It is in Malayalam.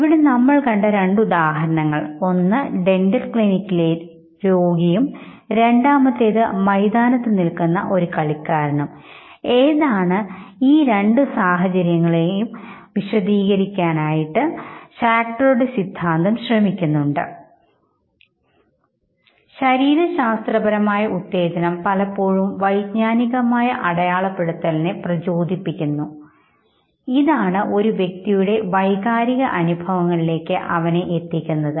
ഇവിടെ നമ്മൾ കണ്ട രണ്ടുദാഹരണങ്ങൾ ഒന്ന് ഒരു ഡെന്റൽ ക്ലിനിക്കിലെ രോഗിയും രണ്ടാമത്തേത് മൈതാനത്ത് നിൽക്കുന്ന ഒരു കളിക്കാരനും ഏതാണ് ഈ രണ്ടു സാഹചര്യങ്ങളെയും ഷാക്റ്ററുടെ സിദ്ധാന്തം വിശദീകരിക്കുന്നുണ്ട് ശരീരശാസ്ത്രപരമായ ഉത്തേജനം പലപ്പോഴും വൈജ്ഞാനികമായ അടയാളപ്പെടുത്തലിനെ പ്രചോദിപ്പിക്കുന്നു ഇതാണ് ഒരു വ്യക്തിയുടെ വൈകാരിക അനുഭവങ്ങളിലേക്ക് അവനെ എത്തിക്കുന്നത്